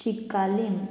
Chicalim